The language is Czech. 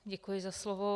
Děkuji za slovo.